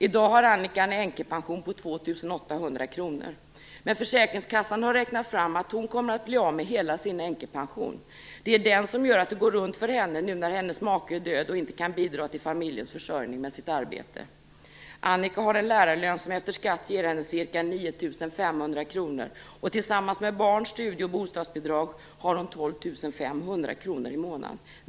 I dag har Annika en änkepension på 2 800 kr. Men försäkringskassan har räknat fram att hon kommer att bli av med hela sin änkepension. Det är den som gör att det går runt för henne nu när hennes make är död och inte kan bidra till familjens försörjning med sitt arbete. Annika har en lärarlön som efter skatt ger henne ca 9 500 kr, och tillsammans med barn-, studie och bostadsbidrag har hon 12 500 kr i månaden.